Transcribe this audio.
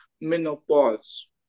menopause